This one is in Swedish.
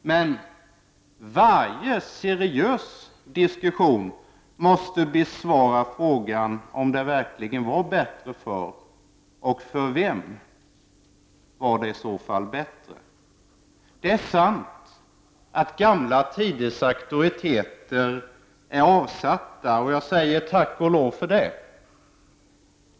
Men varje seriös diskussion måste besvara frågan om det verkligen var bättre förr och för vem det i så fall var bättre. Det är sant att gamla tiders auktoriteter är avsatta. Tack och lov för det!